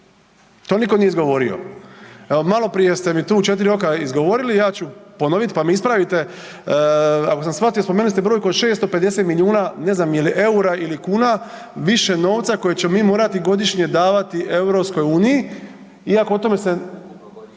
To nitko nije izgovorio. Evo maloprije ste mi to u 4 oka izgovorili, evo ja ću ponoviti pa me ispravite, ako sam shvatio spomenuli ste brojku od 650 miliona ne znam je li EUR-a ili kuna više novca koje ćemo mi morati godišnje davati EU iako o tome se,